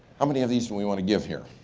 how many of these do we want to give here?